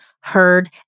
heard